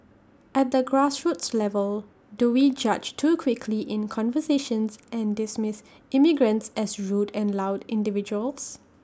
at the grassroots level do we judge too quickly in conversations and dismiss immigrants as rude and loud individuals